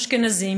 אשכנזים,